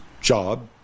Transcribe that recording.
job